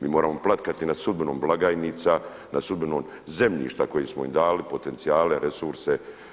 Mi moramo plakati nad sudbinom blagajnica, nad sudbinom zemljišta koje smo im dali, potencijale, resurse.